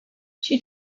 she